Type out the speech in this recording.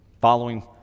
following